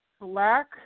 black